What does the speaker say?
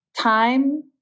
time